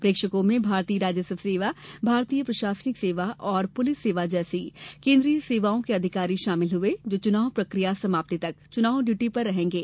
प्रेक्षकों में भारतीय राजस्व सेवा भारतीय प्रशासनिक सेवा और पुलिस सेवा जैसी केंद्रीय सेवाओं के अधिकारी शामिल हुए जो चुनाव प्रक्रिया समाप्ति तक चुनाव ड्यूटी पर रहेंगे